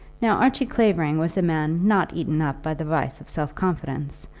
now archie clavering was a man not eaten up by the vice of self-confidence,